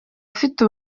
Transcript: afite